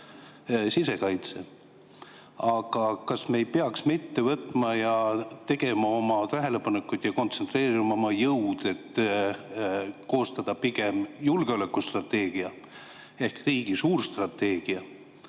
sisekaitse. Kas me ei peaks mitte võtma ja tegema oma tähelepanekuid ja kontsentreerima oma jõud selleks, et koostada pigem julgeolekustrateegia ehk riigi suur strateegia,